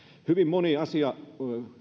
hyvin moni asia